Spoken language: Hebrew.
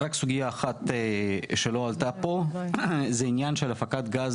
רק סוגיה אחת שלא עלתה פה היא העניין של הפקת גז,